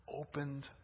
opened